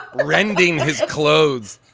rending his clothes